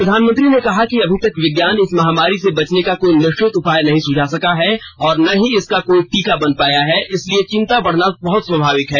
प्रधानमंत्री ने कहा कि अभी तक विज्ञान इस महामारी से बचने का कोई निश्चित उपाय नहीं सुझा सका है और न ही इसका कोई टीका बन पाया है इसलिए चिंता बढ़ना बहुत स्वभाविक है